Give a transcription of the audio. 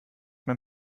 mein